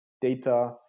data